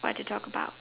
what to talk about